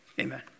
amen